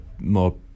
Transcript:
more